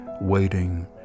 waiting